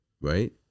right